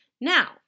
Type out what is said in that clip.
Now